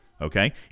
Okay